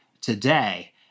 today